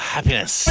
Happiness